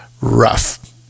rough